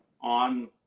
on